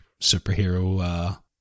superhero